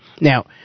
now